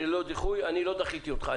אני לא דחיתי אותך.